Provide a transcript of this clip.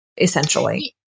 essentially